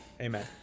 Amen